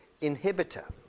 inhibitor